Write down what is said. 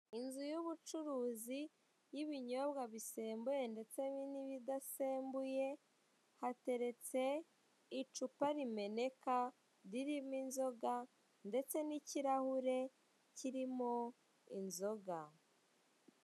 Inzu y'ubucuruzi y'ibinyobwa bisembuye ndetse n'ibidasembuye, hateretse icupa rimeneka ririmo inzoga ndetse n'ikirahure kirimo inzoga.